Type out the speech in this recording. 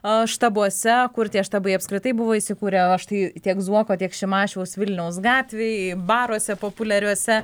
o štabuose kur tie štabai apskritai buvo įsikūrę aš tai tiek zuoko tiek šimašiaus vilniaus gatvėje baruose populiariuose